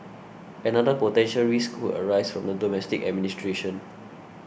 another potential risk could arise from the domestic administration